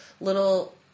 little